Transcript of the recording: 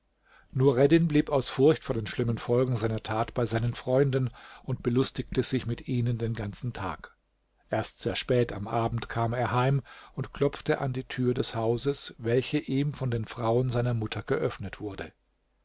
nureddin blieb aus furcht vor den schlimmen folgen seiner tat bei seinen freunden und belustigte sich mit ihnen den ganzen tag erst sehr spät am abend kam er heim und klopfte an die türe des hauses welche ihm von den frauen seiner mutter geöffnet wurde